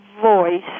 voice